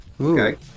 Okay